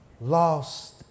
lost